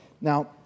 Now